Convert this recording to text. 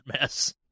mess